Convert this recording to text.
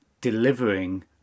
delivering